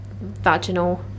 vaginal